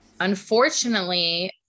Unfortunately